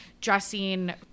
dressing